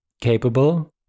capable